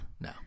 no